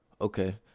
Okay